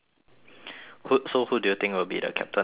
who so who do you think will be the captain of A_U_G